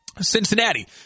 Cincinnati